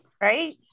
right